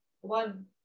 one